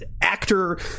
actor